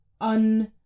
un